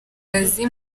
kazi